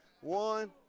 One